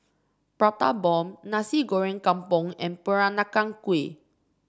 Prata Bomb Nasi Goreng Kampung and Peranakan Kueh